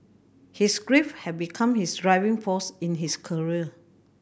his grief had become his driving force in his career